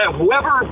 whoever